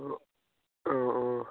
অঁ অঁ অঁ